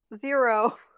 zero